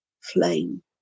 flame